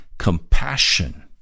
compassion